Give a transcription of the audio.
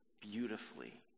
beautifully